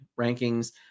rankings